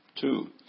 Two